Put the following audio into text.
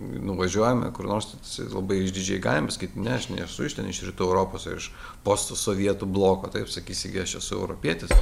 nuvažiuojame kur nors labai išdidžiai galime sakyti ne aš nesu iš ten iš rytų europos ar iš post sovietų bloko taip sakysi gi aš esu europietis